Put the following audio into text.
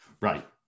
Right